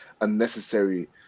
unnecessary